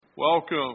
Welcome